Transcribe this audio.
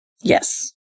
Yes